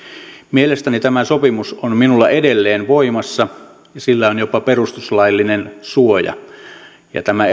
mielestäni tämä sopimus on minulla edelleen voimassa ja sillä on jopa perustuslaillinen suoja tämä